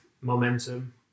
momentum